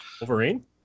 Wolverine